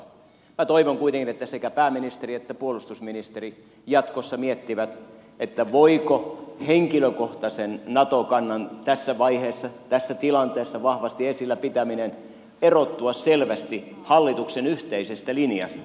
minä toivon kuitenkin että sekä pääministeri että puolustusministeri jatkossa miettivät voiko henkilökohtaisen nato kannan tässä vaiheessa tässä tilanteessa vahvasti esillä pitäminen erottua selvästi hallituksen yhteisestä linjasta